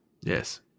Yes